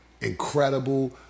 Incredible